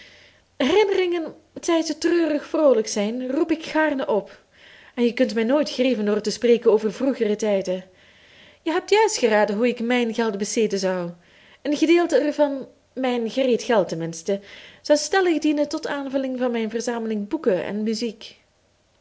herinneringen t zij ze treurig of vroolijk zijn roep ik gaarne op en je kunt mij nooit grieven door te spreken over vroegere tijden je hebt juist geraden hoe ik mijn geld besteden zou een gedeelte ervan mijn gereed geld tenminste zou stellig dienen tot aanvulling van mijn verzameling boeken en muziek